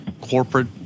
corporate